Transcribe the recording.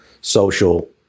social